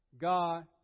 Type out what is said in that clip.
God